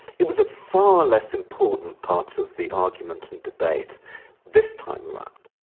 it was a far less important part of the argument and debate this time around.